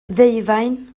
ddeufaen